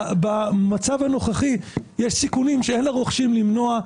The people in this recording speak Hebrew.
במצב הנוכחי יש סיכונים שאין לרוכשים יכולת למנוע,